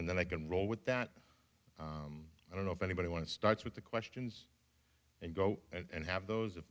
and then i can roll with that i don't know if anybody want to start with the questions and go and have those